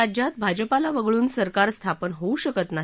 राज्यात भाजपाला वगळून सरकार स्थापन होऊ शकतं नाही